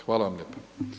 Hvala vam lijepa.